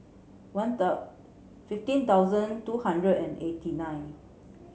one fifteen thousand two hundred and eighty nine